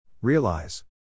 Realize